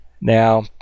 Now